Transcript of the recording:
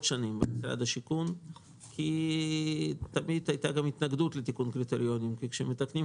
שנים כי תמיד הייתה התנגדות לתיקון קריטריונים,